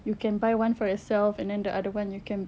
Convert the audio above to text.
you can buy one for yourself and then the other one you can